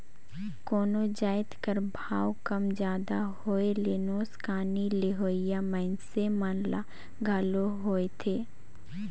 कोनो जाएत कर भाव कम जादा होए ले नोसकानी लेहोइया मइनसे मन ल घलो होएथे